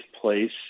place